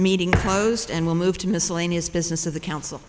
meeting closed and we'll move to miscellaneous business of the council